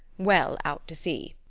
well out to sea.